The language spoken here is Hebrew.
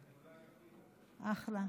אחלה.